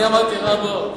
אני אמרתי רע בו?